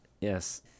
Yes